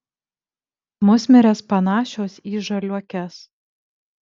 musmirės panašios į žaliuokes